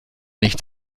nicht